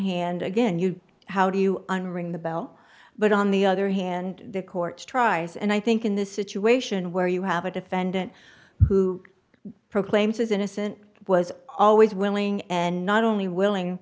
hand again you how do you unring the bell but on the other hand the courts tries and i think in this situation where you have a defendant who proclaims is innocent was always willing and not only willing